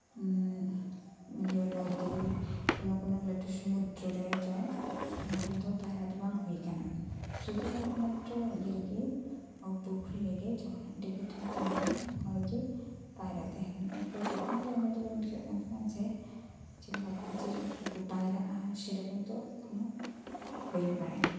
ᱤᱭᱟᱹ ᱱᱚᱫᱤ ᱠᱚᱱᱚ ᱠᱚᱱᱚ ᱞᱟᱹᱴᱩ ᱥᱩᱢᱩᱫᱨᱚ ᱨᱮᱫᱚ ᱛᱚᱠᱷᱚᱱ ᱫᱚ ᱯᱟᱭᱨᱟᱜ ᱫᱚ ᱵᱟᱝ ᱦᱩᱭ ᱟᱠᱟᱱᱟ ᱥᱩᱫᱩ ᱮᱠᱢᱟᱛᱨᱚ ᱤᱭᱟᱹᱨᱮᱜᱤ ᱯᱩᱠᱷᱨᱤ ᱨᱮᱜᱤ ᱡᱚᱠᱷᱚᱱ ᱟᱹᱰᱤ ᱠᱟᱹᱴᱤᱡ ᱤᱧᱛᱦᱮᱸ ᱠᱟᱱᱟ ᱛᱚᱠᱷᱚᱱ ᱨᱮᱜᱤ ᱯᱟᱭᱨᱟ ᱛᱟᱦᱮᱸ ᱠᱟᱱᱟ ᱛᱚ ᱛᱚᱠᱷᱚᱱ ᱫᱚ ᱩᱱᱟᱹᱜ ᱵᱟᱹᱧ ᱵᱩᱡᱷᱟᱹᱣᱮᱫ ᱠᱟᱱᱛᱟᱦᱮᱱᱟ ᱡᱮ ᱪᱮᱫᱞᱮᱠᱟ ᱠᱩ ᱪᱮᱫᱞᱮᱠᱟ ᱠᱟᱛᱮᱜ ᱠᱩ ᱯᱟᱭᱨᱟᱜᱼᱟ ᱥᱮᱨᱚᱠᱚᱢ ᱛᱚ ᱩᱱᱟᱹᱜ ᱵᱟᱹᱧ ᱵᱟᱲᱟᱭᱟ